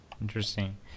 Interesting